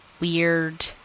weird